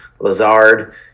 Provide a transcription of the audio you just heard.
lazard